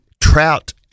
trout